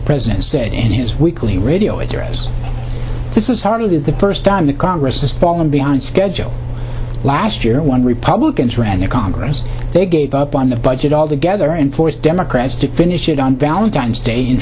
president said in his weekly radio address this is hardly the first time the congress has fallen behind schedule last year when republicans ran the congress they gave up on the budget altogether and forced democrats to finish it on valentine's day in